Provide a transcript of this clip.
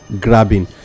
grabbing